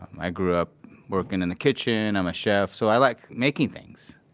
i grew up working in the kitchen. i'm a chef, so i like making things,